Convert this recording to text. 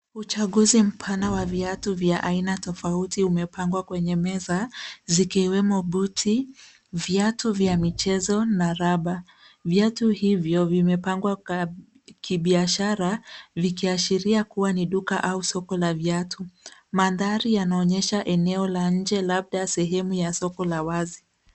Uchaguzi mpana wa viatu vya aina tofauti umepangwa kwenye meza zikiwemo buti, viatu vya michezo na raba. Viatu hivyo vimepangwa kwa kibiashara vikiashiria kuwa ni duka au soko la viatu. Mandhari yanaonyesha eneo la nje, labda sehemu ya soko la wazi.